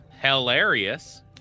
Hilarious